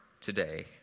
today